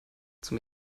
zum